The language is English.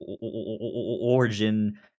origin